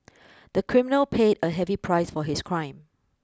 the criminal paid a heavy price for his crime